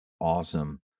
awesome